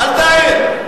אל תעיר.